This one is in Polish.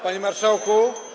Panie Marszałku!